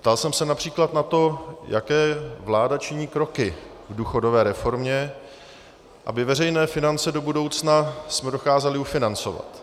Ptal jsem se například na to, jaké vláda činí kroky v důchodové reformě, abychom veřejné finance do budoucna dokázali ufinancovat.